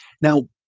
Now